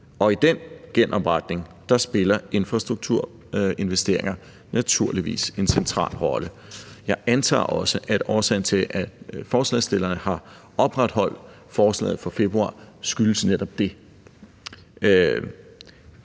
og i den genopretning spiller infrastrukturinvesteringer naturligvis en central rolle. Jeg antager også, at årsagen til, at forslagsstillerne har opretholdt forslaget fra februar, skyldes netop det.